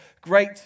great